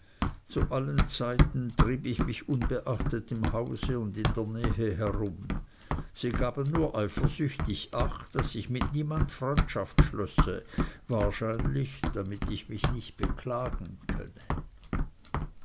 zu allen zeiten trieb ich mich unbeachtet im hause und in der nähe herum sie gaben nur eifersüchtig acht daß ich mit niemand freundschaft schlösse wahrscheinlich damit ich mich nicht beklagen könnte